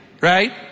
right